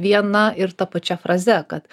viena ir ta pačia fraze kad